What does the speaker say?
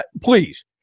Please